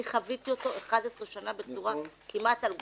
אני חוויתי אותו במשך 11 שנים כמעט על גופי.